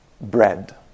bread